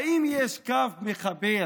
האם יש קו מחבר,